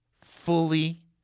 fully